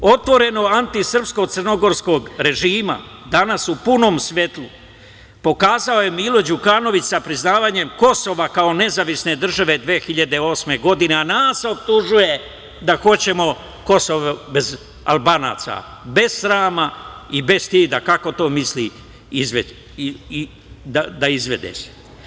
Otvoreno antisrpstvo crnogorskog režima danas u punom svetlu pokazao je Milo Đukanović sa priznavanjem Kosova kao nezavisne države 2008. godine, a nas optužuje da hoćemo Kosovo bez Albanaca, bez srama i bez stida, kako misli to da izvede.